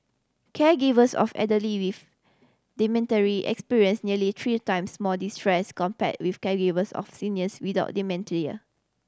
caregivers of elderly with experienced nearly three times more distress compared with caregivers of seniors without dementia